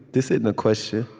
this isn't a question.